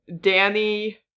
Danny